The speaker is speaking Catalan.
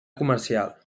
comercial